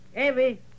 Evie